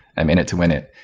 i'm in it to win it.